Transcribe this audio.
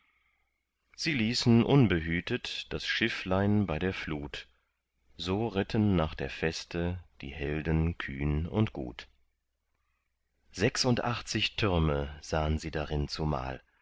sie ließen unbehütet das schifflein bei der flut so ritten nach der feste die helden kühn und gut sechsundachtzig türme sahn sie darin zumal